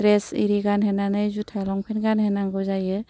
dress इरि गानहोनानै जुथा लंपेन्ट गानहोनांगौ जायो